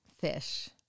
fish